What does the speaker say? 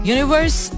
Universe